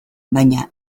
baina